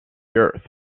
earth